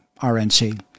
RNC